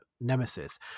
nemesis